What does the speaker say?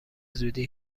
زودی